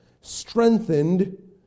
strengthened